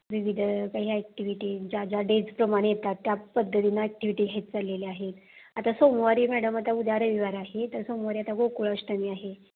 विविध काही ॲक्टिव्हिटीज ज्या ज्या डेजप्रमाणे येतात त्या पद्धतीनं ॲक्टिव्हिटी हेच चाललेले आहेत आता सोमवारी मॅडम आता उद्या रविवार आहे तर सोमवारी आता गोकुळाष्टमी आहे